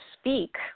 speak